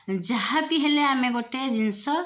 ଯାହାବି ହେଲେ ଆମେ ଗୋଟେ ଜିନିଷ